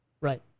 Right